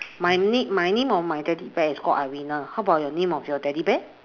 my name my name of my teddy bear is called arina how about your name of your teddy bear